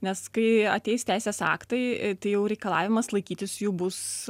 nes kai ateis teisės aktai tai jau reikalavimas laikytis jų bus